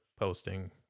posting